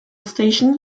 station